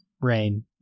rain